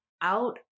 out